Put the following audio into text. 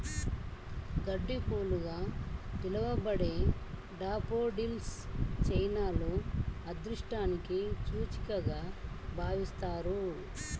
గడ్డిపూలుగా పిలవబడే డాఫోడిల్స్ చైనాలో అదృష్టానికి సూచికగా భావిస్తారు